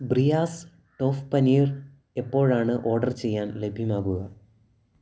ബ്രിയാസ് tofu paneer എപ്പോഴാണ് order ചെയ്യാൻ ലഭ്യമാകുക